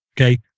Okay